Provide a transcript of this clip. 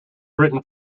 written